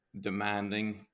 demanding